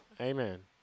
Amen